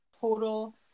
total